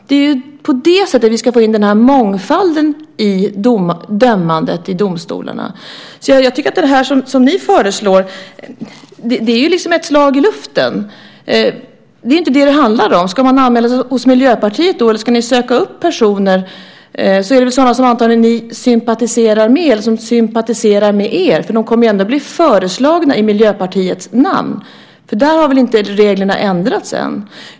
Det är på det viset vi ska få in mångfalden i dömandet i domstolarna. Jag tycker att det som ni föreslår är ett slag i luften. Det är inte det som det handlar om. Ska man anmäla sig hos Miljöpartiet, eller ska ni söka upp personer? Då är det väl antagligen sådana som sympatiserar med er, för de kommer ju ändå att bli föreslagna i Miljöpartiets namn. Där har väl inte reglerna ändrats än.